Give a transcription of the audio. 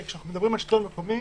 שכאשר אנחנו מדברים על השלטון המקומי,